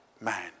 man